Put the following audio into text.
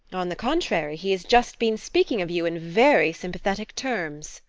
on the contrary, he has just been speaking of you in very sympathetic terms.